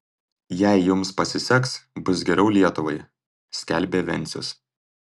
jei jums pasiseks bus geriau lietuvai skelbė vencius